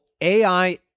AI